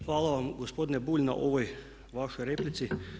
Hvala vam gospodine Bulj na ovoj vašoj replici.